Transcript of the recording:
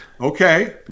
Okay